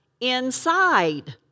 inside